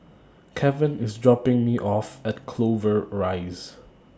Keven IS dropping Me off At Clover Rise